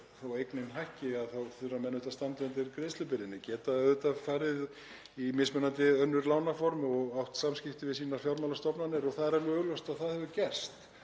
að eignin hækki í verði, þurfa menn að standa undir greiðslubyrðinni, geta auðvitað farið í mismunandi önnur lánaform og átt samskipti við sínar fjármálastofnanir og það er alveg augljóst að það hefur gerst